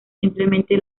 simplemente